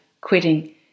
quitting